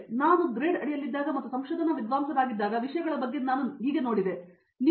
ಮತ್ತು ನಾನು ಗ್ರೇಡ್ ಅಡಿಯಲ್ಲಿದ್ದಾಗ ಮತ್ತು ನಾನು ಸಂಶೋಧನಾ ವಿದ್ವಾಂಸನಾಗಿದ್ದಾಗ ವಿಷಯಗಳ ಬಗ್ಗೆ ನಾನು ನೋಡಿದಾಗ